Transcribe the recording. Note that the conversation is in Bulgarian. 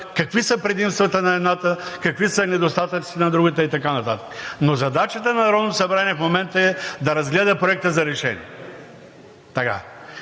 какви са предимствата на едната, какви са недостатъците на другата и така нататък, но задачата на Народното събрание в момента е да разгледа Проекта за решение.